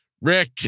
Rick